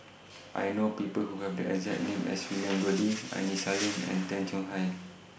I know People Who Have The exact name as William Goode Aini Salim and Tay Chong Hai